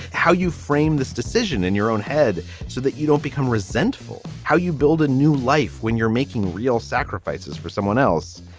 how you frame this decision in your own head so that you don't become resentful, how you build a new life when you're making real sacrifices for someone else.